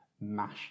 mash